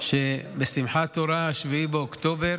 שבשמחת תורה, 7 באוקטובר,